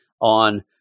on